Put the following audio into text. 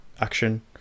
action